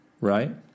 right